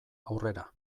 aurrera